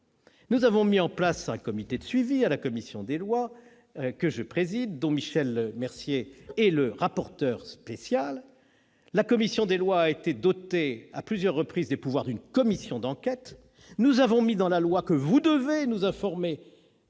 Nous avons ainsi mis en place un comité de suivi au sein de la commission des lois, que je préside, dont Michel Mercier est le rapporteur spécial. La commission des lois a été dotée à plusieurs reprises des pouvoirs d'une commission d'enquête, et nous avons prévu dans la loi que vous devez nous informer